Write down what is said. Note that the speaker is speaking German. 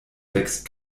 wächst